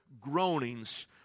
groanings